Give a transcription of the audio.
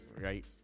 right